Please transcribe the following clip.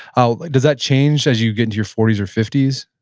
ah does that change as you get into your forty s or fifty s?